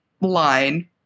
line